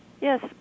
Yes